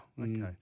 okay